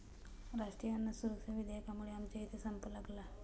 राष्ट्रीय अन्न सुरक्षा विधेयकामुळे आमच्या इथे संप लागला